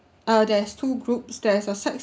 uh there's two groups there's a sight~